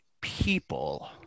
people